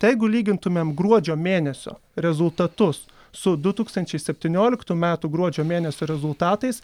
tai jeigu lygintumėm gruodžio mėnesio rezultatus su du tūkstančiai septynioliktų metų gruodžio mėnesio rezultatais